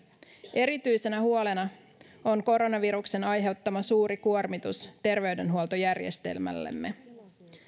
erityisenä huolena on koronaviruksen aiheuttama suuri kuormitus terveydenhuoltojärjestelmällemme